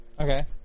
Okay